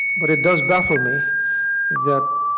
but it does baffle me that